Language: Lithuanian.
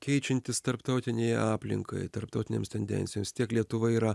keičiantis tarptautinei aplinkai tarptautinėms tendencijoms tiek lietuva yra